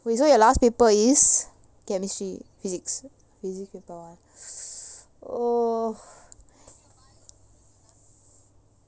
wait so your last paper is chemistry physics physics oh boy oh